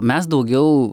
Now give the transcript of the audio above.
mes daugiau